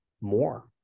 more